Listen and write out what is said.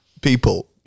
people